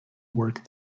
work